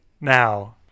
now